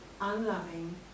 unloving